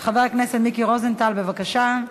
תועבר לוועדת העבודה, הרווחה והבריאות.